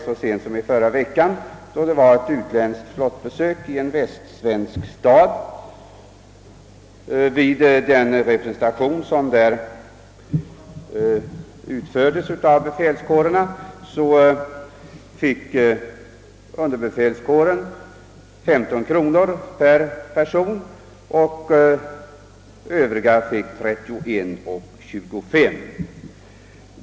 Så sent som i förra veckan var det ett utländskt flottbesök i en västsvensk stad, och vid befälskårernas representation i samband därmed fick underbefälskåren 15 kronor per person och övriga 31: 25.